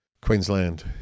Queensland